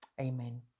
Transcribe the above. Amen